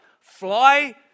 fly